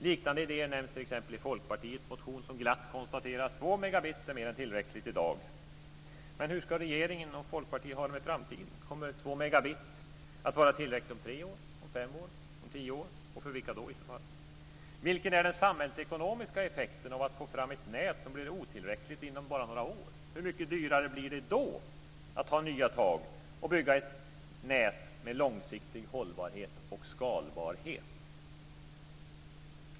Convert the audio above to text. Liknande idéer nämns i Folkpartiets motion, där det glatt konstateras att 2 megabit är mer än tillräckligt i dag. Men hur ska regeringen och Folkpartiet ha det i framtiden? Kommer 2 megabit att vara tillräckligt om tre år, fem år eller tio år? För vilka? Vilken är den samhällsekonomiska effekten av att få fram ett nät som blir otillräckligt inom bara några år? Hur mycket dyrare blir det då att ta nya tag och bygga ett nät med långsiktig hållbarhet och skalbarhet?